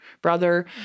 brother